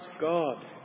God